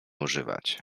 używać